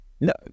no